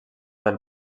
del